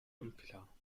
unklar